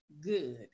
GOOD